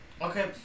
Okay